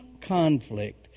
conflict